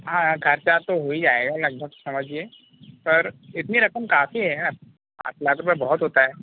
हाँ हाँ खर्चा तो हो ही जायेगा लगभग समझिए सर इतनी रकम काफ़ी है ना पाँच लाख रूपये बहुत होता है